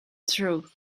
truth